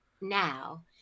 now